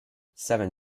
seven